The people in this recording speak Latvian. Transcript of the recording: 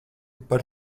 par